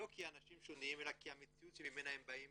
לא כי האנשים שונים אלא כי המציאות ממנה הם באים